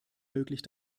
möglich